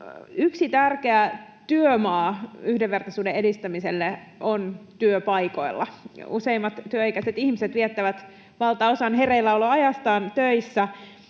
Yksi tärkeä työmaa yhdenvertaisuuden edistämiselle on työpaikoilla. Useimmat työikäiset ihmiset viettävät valtaosan hereilläoloajastaan töissä,